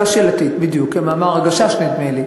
שאלה שאלתית, בדיוק, כמאמר "הגשש", נדמה לי.